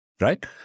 Right